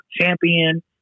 champion